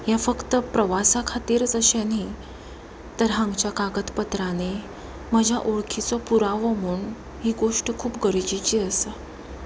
हें फक्त प्रवासा खातीरच अशें न्ही तर हांगच्या कागदपत्रांनी म्हज्या ओळखीचो पुरावो म्हूण ही गोश्ट खूब गरजेची आसा